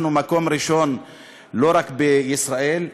אנחנו במקום הראשון לא רק בישראל,